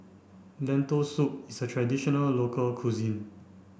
Lentil Soup is a traditional local cuisine